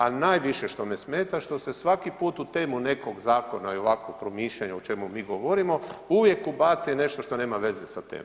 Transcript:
A najviše što me smeta što se svaki put u temu nekog zakona i ovakva promišljanja i o čemu mi govorimo uvijek ubaci nešto što nema veze sa temom.